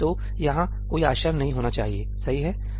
तो यह यहां कोई आश्चर्य नहीं होना चाहिए सही है